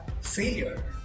failure